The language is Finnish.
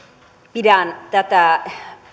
pidän tätä